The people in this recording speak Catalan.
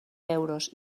euros